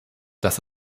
das